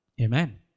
Amen